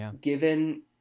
given